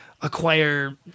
acquire